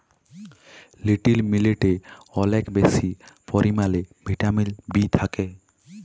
little মিলেটে অলেক বেশি পরিমালে ভিটামিল বি থ্যাকে